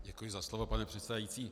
Děkuji za slovo, pane předsedající.